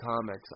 comics